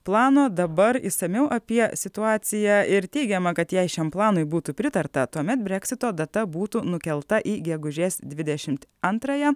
plano dabar išsamiau apie situaciją ir teigiama kad jei šiam planui būtų pritarta tuomet breksito data būtų nukelta į gegužės dvidešimt antrąją